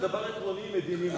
זה דבר עקרוני מדיני.